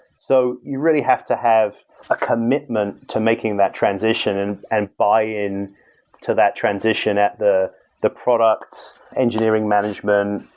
so you really have to have a commitment to making that transition and and buy-in to that transition at the the product, engineering management,